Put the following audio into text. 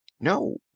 No